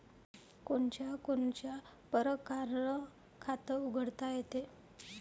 कोनच्या कोनच्या परकारं खात उघडता येते?